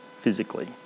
physically